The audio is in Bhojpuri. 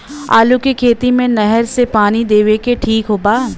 आलू के खेती मे नहर से पानी देवे मे ठीक बा?